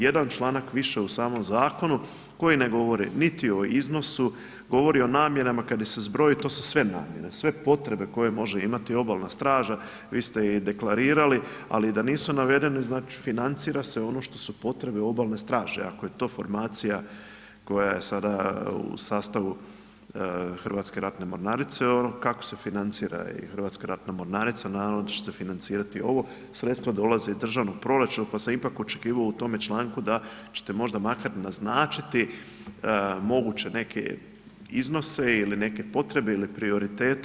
Jedan članak više u samom zakonu koji ne govori niti o iznosu, govori o namjenama kada ih se zbroji to su sve namjene, sve potrebe koje može imati obalna straža vi ste i deklarirali ali da nisu navedeni, znači financira se ono što su potrebne obalne straže, ako je to formacija koja je sada u sastavu Hrvatske ratne mornarice, ono kako se financira i Hrvatska ratna mornarica, naravno da će se financirati ovo, sredstva dolaze iz državnog proračuna pa sam ipak očekivao u tome članku da ćete možda makar naznačiti moguće neke iznose ili neke potrebe ili prioritete.